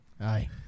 Aye